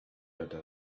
other